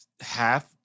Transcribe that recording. Half